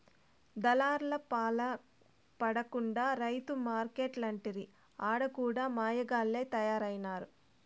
దళార్లపాల పడకుండా రైతు మార్కెట్లంటిరి ఆడ కూడా మాయగాల్లె తయారైనారు